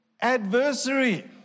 adversary